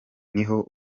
niho